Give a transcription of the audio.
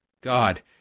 god